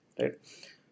right